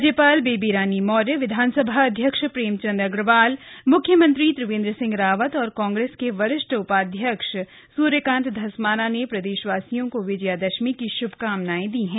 राज्यपाल बेबीरानी मौर्य विधान सभा अध्यक्ष प्रेम चन्द्र अग्रवाल मुख्यमंत्री त्रिवेन्द्र सिंह रावत और कांग्रेस के वरिष्ठ उपाध्यक्ष सूर्यकान्त धस्माना ने प्रदेश वासियों को विजयदशमी की शुभकामनाएं दी हैं